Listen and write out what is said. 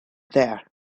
there